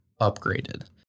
upgraded